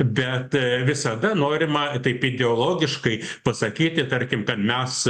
bet visada norima taip ideologiškai pasakyti tarkim kad mes